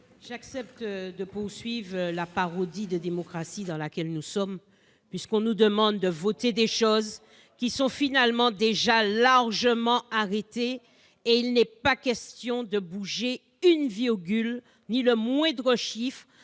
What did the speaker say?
J'accepte de poursuivre la parodie de démocratie dans laquelle nous sommes. Oh là là ! On nous demande de voter des choses qui sont finalement déjà largement arrêtées, et il n'est pas question de bouger une virgule ou le moindre chiffre